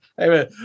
Amen